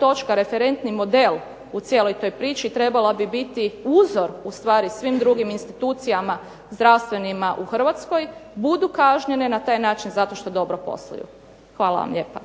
točka referentni model u toj cijeloj priči, trebala bi biti uzor ustvari svim drugim zdravstvenim institucijama u Hrvatskoj budu kažnjene na taj način zato što dobro posluju. Hvala vam lijepa.